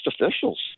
officials